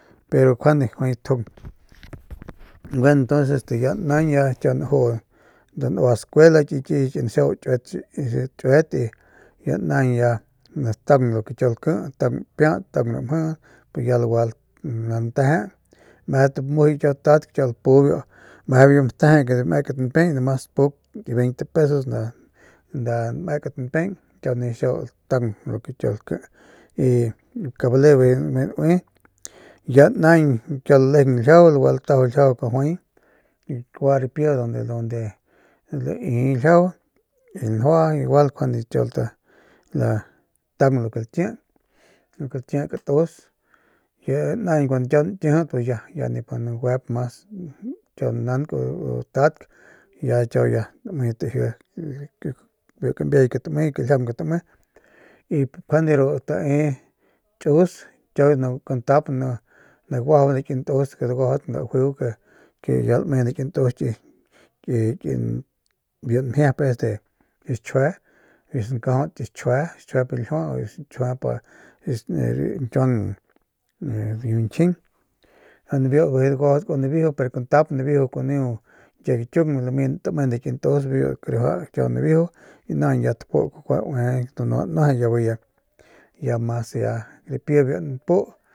Pero kjuande juay tjung gueno pues este ya naañ ya kiau najuu tanua skuela ki kiy naxiau kiuet xii ri kiet y ya naañ ya nataung lo que kiau laki nataung piats nataung ramjiit pus ya lagua lanteje y meje tamujuye bu kiau tadk y kiau lapu meje biu matejek y numas puk nda ki 20 pesos nda mek npiay nijiy xiau kiau lataung lu ke kiau lki y kabale bijiy naui ya naañ kiau gua lalejen ljiajau lagua latajau ljiajau kajuay kua ripi onde onde lai ljiaju y lanjua igual njuande tataung lo ke laki lo ke laki katus y ya naañ cuando kiau nakijit ya nip naguaip mas kiau nank o tadk ya kiau ya name ya taji kiau biu kambiay biu kajiaung ke tame y njuande ru tae kius kiau kantap naguaju nda ki ntus ke daguajaudk nda juiu ke ya lame nda ki ntus ke ya lame nda biu nmjiep es de xchjue y biu sankajaut ki xchjuep ljiua xchjuep de rañkiuan de biñjin biu bijiy daguajaudk dabiju pero kantap nabiju kuniu ñkie gakiung bijiy tame nda ki ntus bijiy kiriuaja kiau nabiju y naañ ya tapu kukua bae danua danueje y bijiy ya mas ripi biu npu.